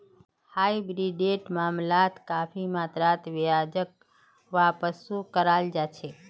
हाइब्रिडेर मामलात काफी मात्रात ब्याजक वापसो कराल जा छेक